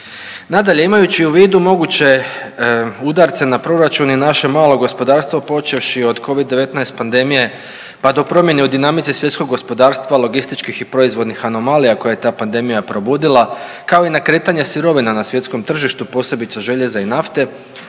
Nadalje, imajući u vidu moguće udarce na proračun i naše malo gospodarstvo počevši od Covid-19 pandemije pa do promjene u dinamici svjetskog gospodarstva, logističkih i proizvodnih anomalija koje je ta pandemija probudila, kao i na kretanje sirovina na svjetskom tržištu posebice željeza i nafte